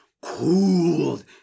cooled